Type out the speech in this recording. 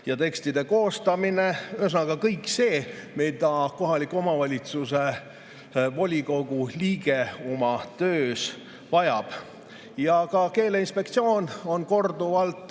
ja tekstide koostamine – ühesõnaga kõik see, mida kohaliku omavalitsuse volikogu liige oma töös vajab. Ka keeleinspektsioon on korduvalt